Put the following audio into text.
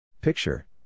Picture